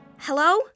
Hello